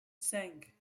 cinq